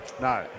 No